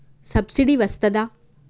Subsidy వస్తదా?